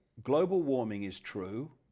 global warming is true,